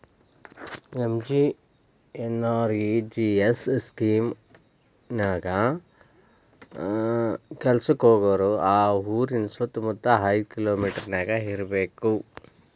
MGNREGS scheme ನ್ಯಾಯ ಕೆಲ್ಸಕ್ಕ ಹೋಗೋರು ಆ ಊರಿನ ಸುತ್ತಮುತ್ತ ಐದ್ ಕಿಲೋಮಿಟರನ್ಯಾಗ ಇರ್ಬೆಕ್